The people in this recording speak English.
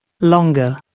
longer